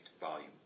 volume